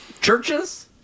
Churches